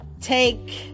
take